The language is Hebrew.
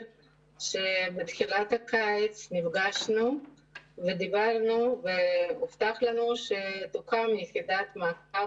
שבתחילת הקיץ נפגשנו ודיברנו והובטח לנו שתוקם יחידת מעקב,